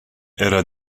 era